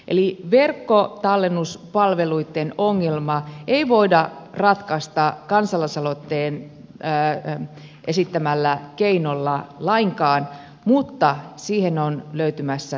eli verkkotallennuspalveluitten ongelmaa ei voida ratkaista kansalaisaloitteen esittämällä keinolla lainkaan mutta siihen on löytymässä toisenlainen ratkaisu